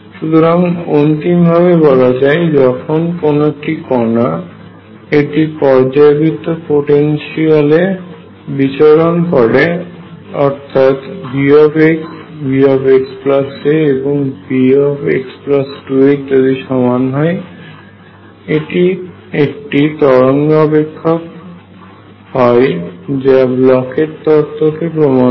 সুতরাং অন্তিম ভাবে বলা যায় যখন কোন একটি কণা একটি পর্যায়বৃত্ত পোটেনশিয়ালে বিচরণ করে অর্থাৎ V V xa এবং V x2a ইত্যাদিরা সমান হয় এটি একটি তরঙ্গ অপেক্ষক হয় যা ব্লকের তত্ত্বBlochs theorem কে প্রমান করে